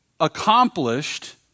accomplished